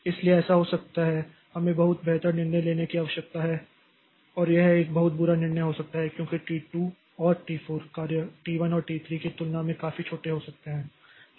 इसलिए ऐसा हो सकता है हमें बहुत बेहतर निर्णय लेने की आवश्यकता है और यह एक बहुत बुरा निर्णय हो सकता है क्योंकि T2 और T4 कार्य T1 और T3 की तुलना में काफी छोटे हो सकते हैं